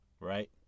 right